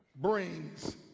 brings